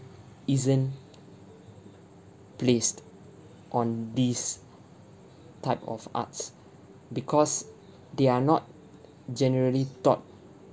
isn't placed on this type of arts because they are not generally thought